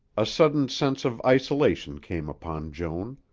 a sudden sense of isolation came upon joan.